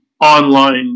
online